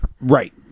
Right